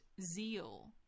zeal